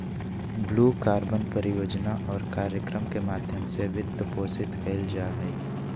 blue carbon परियोजना और कार्यक्रम के माध्यम से वित्तपोषित कइल जा हइ